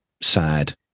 sad